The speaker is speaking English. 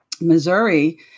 Missouri